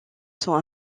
sont